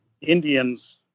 Indians